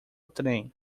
trem